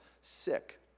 sick